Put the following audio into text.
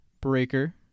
Breaker